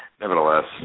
Nevertheless